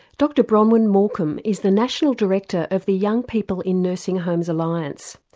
dr bronwyn morkham is the national director of the young people in nursing homes alliance.